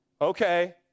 Okay